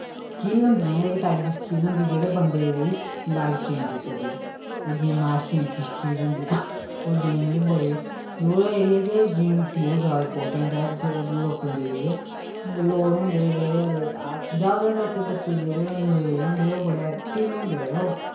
skill होंदियां इक type दी स्किल होंदियां जेह्ड़ी बंदे दी लाईफ चेंज करी सकदी गेमां ऐसी चीज होंदियां गेम एह् बड़ी रूरल एरिये च गेम बड़ी जैदा इंमार्टैंट ऐ लोकें लेई लोग होंदे जेह्ड़े जैदातर बच्चे बैसे जेह्ड़े रूरल एरिये दे बड़े ऐक्टिव होंदे न